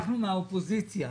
אנחנו מהאופוזיציה,